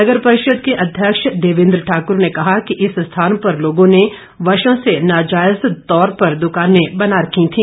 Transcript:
नगर परिषद के अध्यक्ष देवेन्द्र ठाक्र ने कहा कि इस स्थान पर लोगों ने वर्षो से नाजायज तौर पर द्कानें बना रखी थी